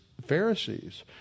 Pharisees